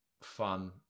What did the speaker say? Fun